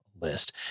List